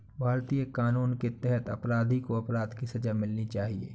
भारतीय कानून के तहत अपराधी को अपराध की सजा मिलनी चाहिए